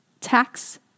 tax